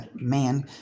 man